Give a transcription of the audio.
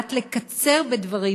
לדעת לקצר בדברים,